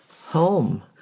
Home